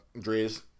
Dre's